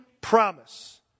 promise